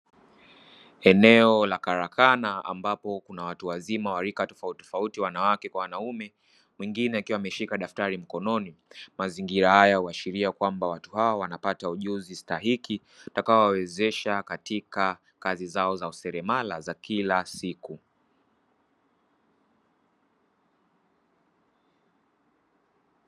Eneo la karakana ambapo kuna watu wazima wa rika tofauti tofauti wanawake kwa wanaume, mwingine akiwa ameshika daftari mkononi. Mazingira haya huashiria kwamba watu hawa wanapata ujuzi stahiki utakao wawezesha katika kazi zao za useremala za kila siku.